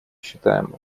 считаем